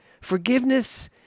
forgiveness